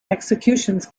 executions